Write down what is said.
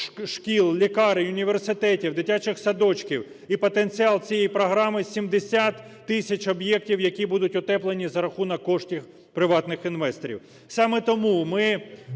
лікарень, університетів, дитячих садочків і потенціал цієї програми – 70 тисяч об'єктів, які будуть утеплені за рахунок коштів приватних інвесторів. Саме тому ми